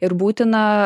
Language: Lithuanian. ir būtina